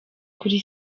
kuri